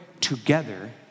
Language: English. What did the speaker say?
together